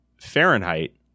Fahrenheit –